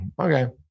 okay